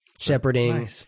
shepherding